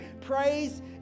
praise